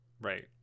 Right